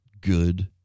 good